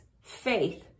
faith